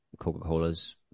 Coca-Cola's